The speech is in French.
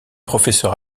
professeur